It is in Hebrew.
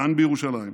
כאן, בירושלים,